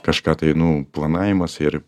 kažką tai nu planavimas ir